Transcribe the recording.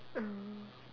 oh